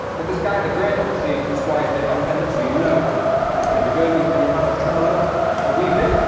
but this guy, they're great obviously squire's made by fender so you know it's gonna be good even when you hammer the tremolo a wee bit.